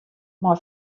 mei